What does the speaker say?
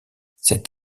cet